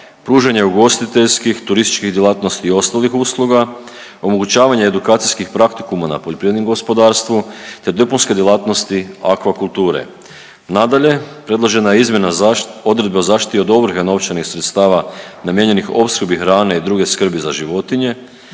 pružanje ugostiteljskih, turističkih djelatnosti i ostalih usluga, omogućavanje edukacijskih praktikuma na poljoprivrednim gospodarstvu te dopunske djelatnosti akvakulture. Nadalje, predložena je izmjena odredbe o zaštiti od ovrhe novčanih sredstava namijenjenih opskrbi hrane i druge skrbi za životinje.